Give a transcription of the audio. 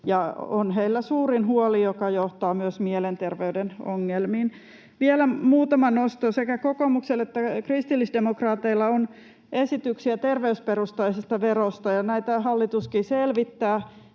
on heillä suurin huoli, joka johtaa myös mielenterveyden ongelmiin. Vielä muutama nosto: Sekä kokoomuksella että kristillisdemokraateilla on esityksiä terveysperustaisesta verosta, ja näitä hallituskin selvittää.